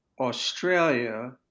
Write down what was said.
Australia